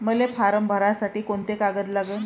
मले फारम भरासाठी कोंते कागद लागन?